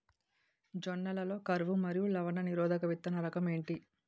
జొన్న లలో కరువు మరియు లవణ నిరోధక విత్తన రకం ఏంటి?